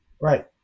Right